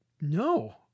no